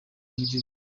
w’igihugu